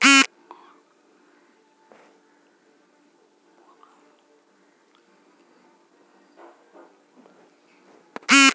ರಾಗಿ ರಾಶಿ ಮಾಡಲು ಬಳಸುವ ಉಪಕರಣ ಯಾವುದು?